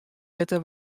litte